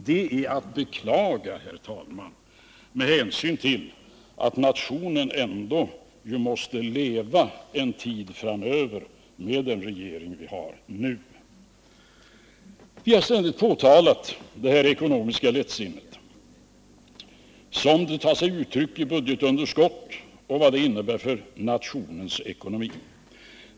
Det är att beklaga med hänsyn till att nationen ändå måste leva en tid framöver med den regering vi nu har. Vi har ständigt påtalat detta ekonomiska lättsinne som det tar sig uttryck i budgetunderskott och vad det innebär för nationens ekonomi.